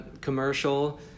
commercial